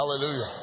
Hallelujah